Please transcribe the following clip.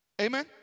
Amen